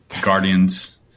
guardians